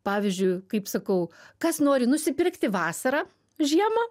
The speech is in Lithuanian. pavyzdžiui kaip sakau kas nori nusipirkti vasarą žiemą